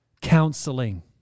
Counseling